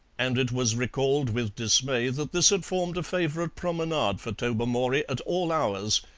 and it was recalled with dismay that this had formed a favourite promenade for tobermory at all hours,